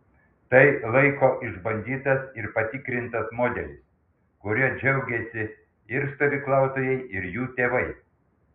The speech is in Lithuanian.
tai laiko išbandytas ir patikrintas modelis kuriuo džiaugiasi ir stovyklautojai ir jų tėvai